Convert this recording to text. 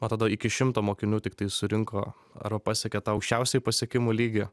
o tada iki šimto mokinių tiktai surinko arba pasiekė tą aukščiausiąjį pasiekimų lygį